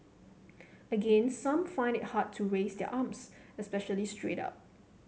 again some find it hard to raise their arms especially straight up